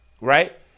right